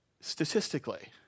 statistically